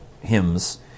hymns